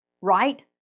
right